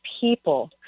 people